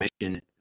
mission